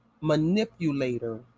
manipulator